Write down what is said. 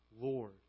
Lord